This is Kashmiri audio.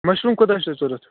مشروٗم کوٗتاہ چھُو تۅہہِ ضروٗرت